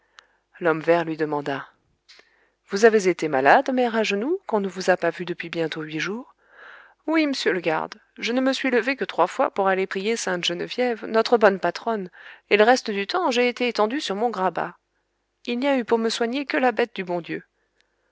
l'homme vert lui demanda vous avez été malade mère agenoux qu'on ne vous a pas vue depuis bientôt huit jours oui m'sieur le garde je ne me suis levée que trois fois pour aller prier sainte geneviève notre bonne patronne et l'reste du temps j'ai été étendue sur mon grabat il n'y a eu pour me soigner que la bête du bon dieu